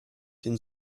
den